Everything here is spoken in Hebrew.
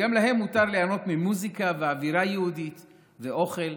וגם להם מותר ליהנות ממוזיקה ואווירה יהודית ואוכל.